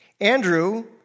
Andrew